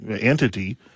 entity